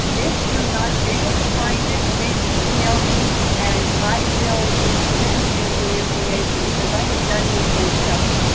if you're not able to find it, please email me and i will send you the information. because i have done this myself.